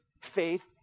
faith